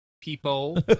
people